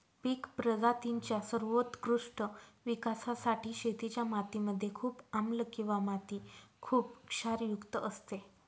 पिक प्रजातींच्या सर्वोत्कृष्ट विकासासाठी शेतीच्या माती मध्ये खूप आम्लं किंवा माती खुप क्षारयुक्त असते